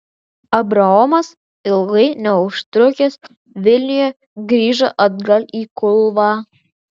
abraomas ilgai neužtrukęs vilniuje grįžo atgal į kulvą